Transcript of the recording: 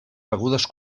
begudes